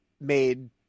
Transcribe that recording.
made